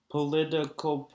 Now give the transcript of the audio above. Political